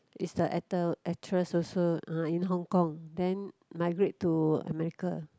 is the actor actress also ah in Hong-Kong then migrate to America